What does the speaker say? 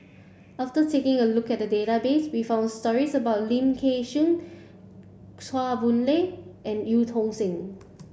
after taking a look at the database we found stories about Lim Kay Siu Chua Boon Lay and Eu Tong Sen